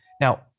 Now